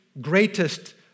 greatest